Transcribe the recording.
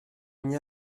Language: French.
n’y